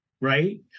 Right